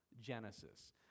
Genesis